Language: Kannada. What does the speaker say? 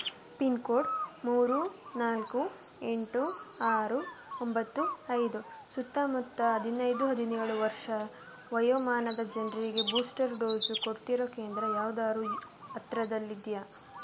ಪಿನ್ಕೋಡ್ ಮೂರು ನಾಲ್ಕು ಎಂಟು ಆರು ಒಂಬತ್ತು ಐದು ಸುತ್ತಮುತ್ತ ಹದಿನೈದು ಹದಿನೇಳು ವರ್ಷ ವಯೋಮಾನದ ಜನರಿಗೆ ಬೂಸ್ಟರ್ ಡೋಸು ಕೊಡ್ತಿರೋ ಕೇಂದ್ರ ಯಾವ್ದಾದ್ರೂ ಇ ಹತ್ರದಲ್ ಇದೆಯಾ